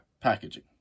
packaging